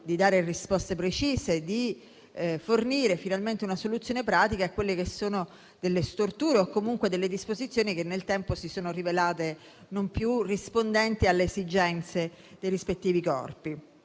di dare risposte precise e di fornire finalmente una soluzione pratica alle storture o comunque alle disposizioni che nel tempo si sono rivelate non più rispondenti alle esigenze dei rispettivi Corpi.